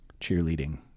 cheerleading